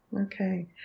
Okay